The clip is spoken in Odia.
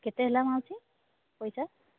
କେତେ ହେଲା ମାଉସୀ ପଇସା